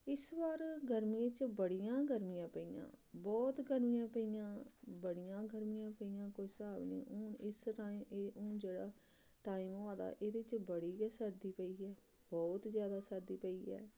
इस बार गर्मियें च बड़ियां गर्मियां पेइयां बहुत गर्मियां पेइयां बड़ियां गर्मियां पेइयां कोई स्हाब निं हून इस राइम हून एह् जेह्ड़ा टाइम होआ दा एह्दे च बड़ी गै सर्दी पेई ऐ बहुत जादा सर्दी पेई ऐ